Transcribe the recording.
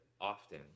often